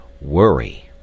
worry